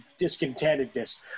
discontentedness